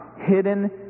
hidden